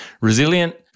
resilient